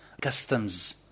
customs